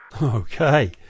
Okay